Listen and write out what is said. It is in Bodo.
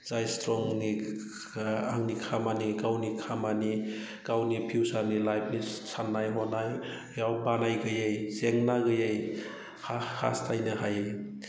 जाय स्ट्रंनि आंनि खामानि गावनि खामानि गावनि फिउसारनि लाइफनि साननाय हनाय इयाव बानाय गैयै जेंना गैयै हास्थायनो हायो